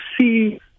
see